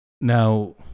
now